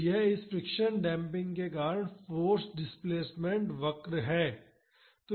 तो यह इस फ्रिक्शन डेम्पिंग के कारण फाॅर्स डिस्प्लेसमेंट वक्र है